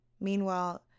Meanwhile